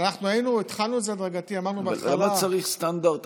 התחלנו את זה בהדרגה, אבל למה צריך סטנדרט?